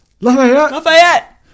Lafayette